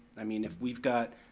i mean, if we've got,